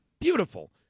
Beautiful